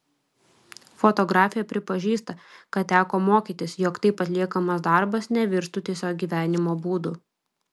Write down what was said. fotografė pripažįsta kad teko mokytis jog taip atliekamas darbas nevirstų tiesiog gyvenimo būdu